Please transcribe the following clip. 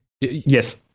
Yes